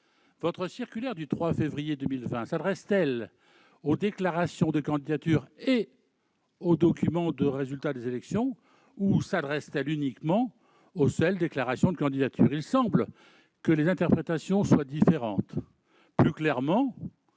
votre circulaire du 3 février 2020 s'adresse-t-elle aux déclarations de candidature et aux documents de résultats des élections ou s'adresse-t-elle uniquement aux seules déclarations de candidature ?